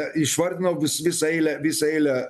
išvardinom vi visą eilę visą eilę